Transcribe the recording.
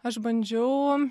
aš bandžiau